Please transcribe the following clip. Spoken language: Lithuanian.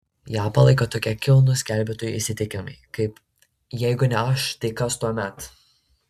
ją palaiko tokie kilnūs gelbėtojų įsitikinimai kaip jeigu ne aš tai kas tuomet